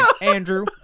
Andrew